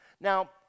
Now